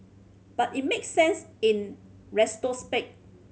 but it makes sense in